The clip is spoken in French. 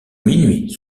minuit